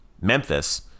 Memphis